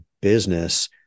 business